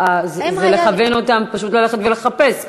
זה לכוון אותם פשוט ללכת ולחפש,